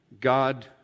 God